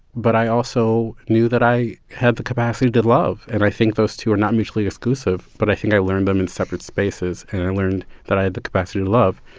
but i also knew that i had the capacity to love. and i think those two are not mutually exclusive, but i think i learned them in separate spaces. and i learned that i had the capacity to love.